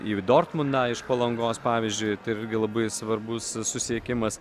į dortmundą iš palangos pavyzdžiui tai irgi labai svarbus susisiekimas